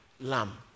lamb